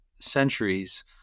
centuries